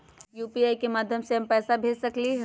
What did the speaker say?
UPI के माध्यम से हम पैसा भेज सकलियै ह?